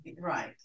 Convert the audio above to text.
right